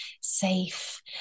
safe